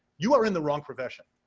you're in the wrong profession.